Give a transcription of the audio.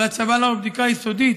על הצבא לערוך בדיקה יסודית